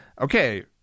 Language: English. Okay